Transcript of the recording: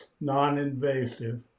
non-invasive